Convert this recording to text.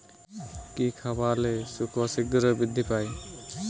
কি খাবালে শুকর শিঘ্রই বৃদ্ধি পায়?